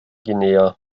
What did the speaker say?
guinea